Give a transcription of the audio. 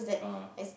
ah